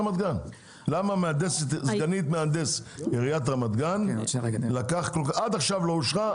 למה סגנית מהנדס עיריית רמת גן עד עכשיו לא אושרה?